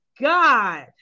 God